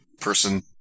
person